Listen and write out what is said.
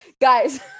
Guys